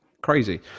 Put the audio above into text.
crazy